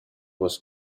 was